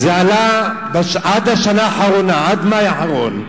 זה עלה, עד השנה האחרונה, עד מאי האחרון,